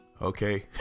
Okay